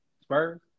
Spurs